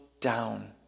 down